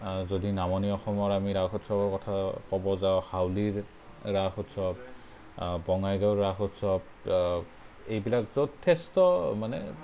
যদি নামনি অসমৰ আমি ৰাস উৎসৱৰ কথা ক'বলৈ যাওঁ হাউলীৰ ৰাস উৎসৱ বঙাইগাঁৱৰ ৰাস উৎসৱ এইবিলাক যথেষ্ট মানে